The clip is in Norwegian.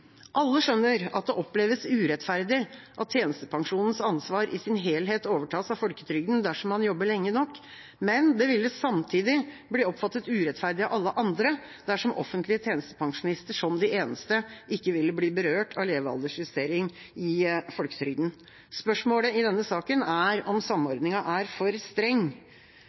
Alle skjønner at det oppleves urettferdig at tjenestepensjonens ansvar i sin helhet overtas av folketrygden dersom man jobber lenge nok, men det ville samtidig bli oppfattet urettferdig av alle andre dersom offentlige tjenestepensjonister som de eneste ikke ville bli berørt av levealdersjustering i folketrygden. Spørsmålet i denne saken er om samordningen er for streng.